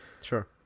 Sure